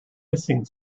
hissing